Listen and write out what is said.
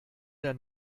der